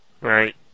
right